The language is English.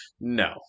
no